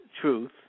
truth